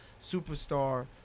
superstar